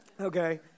Okay